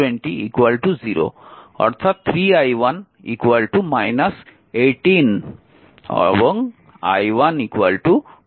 অর্থাৎ 3i1 18 অর্থাৎ i1 6 ampere